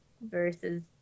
versus